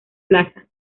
plaza